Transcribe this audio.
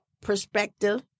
perspective